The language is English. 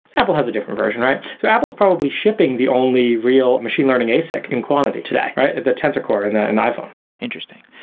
apple has a different version, right? so apple's probably shipping the only real machine learning asic in quantity today, right? the tensor core and in iphone interesting.